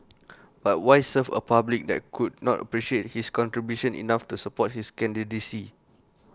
but why serve A public that could not appreciate his contributions enough to support his candidacy